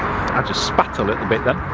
i just spat a little bit then.